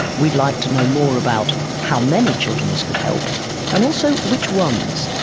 we'd like to know more about how many children this could help and also which ones,